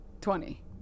Twenty